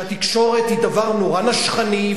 שהתקשורת היא דבר נורא נשכני,